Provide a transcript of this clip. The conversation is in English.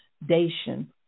foundation